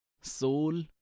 soul